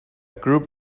group